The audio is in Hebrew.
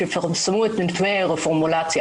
היא שיפרסמו את נתוני הרפורמולציה.